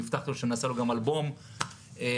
והבטחתי שנעשה לו גם אלבום תמונות.